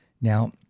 Now